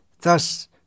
Thus